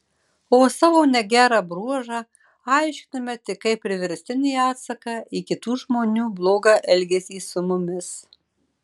o savo negerą bruožą aiškiname tik kaip priverstinį atsaką į kitų žmonių blogą elgesį su mumis